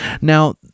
Now